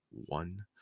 one